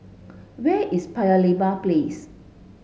where is Paya Lebar Place